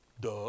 Duh